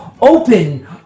open